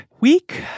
week